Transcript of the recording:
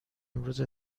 امروز